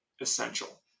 essential